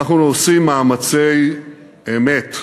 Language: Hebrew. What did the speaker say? אנחנו עושים מאמצי אמת,